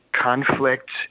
conflict